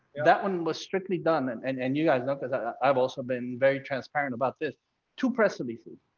that one was strictly done. and and and you guys know because i've also been very transparent about this to press releases.